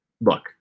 Look